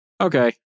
okay